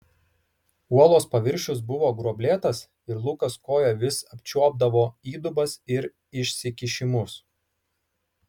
uolos paviršius buvo gruoblėtas ir lukas koja vis apčiuopdavo įdubas ir išsikišimus